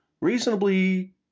reasonably